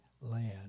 land